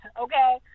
Okay